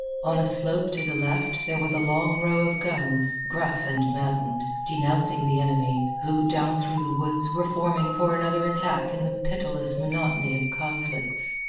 on a slope to the left there was a long row of guns, gruff and maddened, denouncing the enemy, who, down through the woods, were forming for another attack in the pitiless monotony of conflicts.